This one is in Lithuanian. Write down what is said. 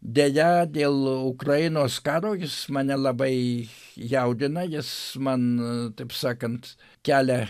deja dėl ukrainos karo jis mane labai jaudina jis man taip sakant kelia